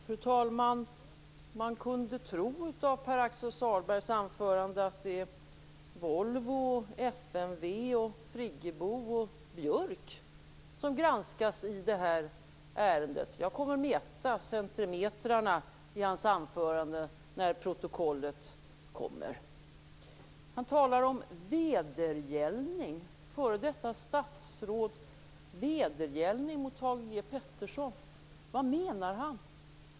Fru talman! Man kan av Pär-Axel Sahlbergs anförande tro att det är Volvo, FMV, Friggebo och Björck som granskas i detta ärende. Jag kommer att mäta centimetrarna i hans anförande när protokollet kommer. Han talar om f.d. statsråds vedergällning mot Thage G Peterson. Vad menar han?